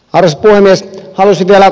ars päämies olisi vielä